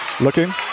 Looking